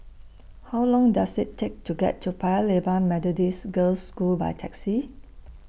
How Long Does IT Take to get to Paya Lebar Methodist Girls' School By Taxi